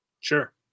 sure